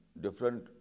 different